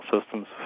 systems